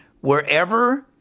wherever